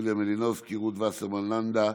יוליה מלינובסקי, רות וסרמן לנדה,